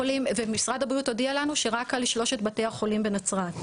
משרד הבריאות הודיע לנו שרק על שלושת בתי החולים בנצרת.